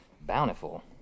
Bountiful